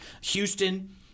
Houston